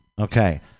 Okay